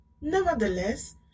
Nevertheless